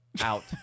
Out